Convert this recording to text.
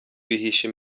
bihishe